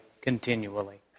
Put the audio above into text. continually